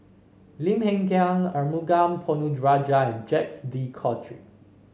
Lim Hng Kiang Arumugam Ponnu Rajah and Jacques De Coutre